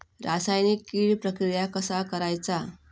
रासायनिक कीड प्रक्रिया कसा करायचा?